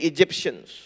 Egyptians